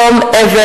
יום אבל,